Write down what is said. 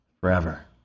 forever